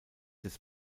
des